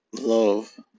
Love